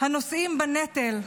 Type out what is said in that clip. הנושאים בנטל,